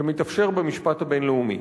כמתאפשר במשפט הבין-לאומי.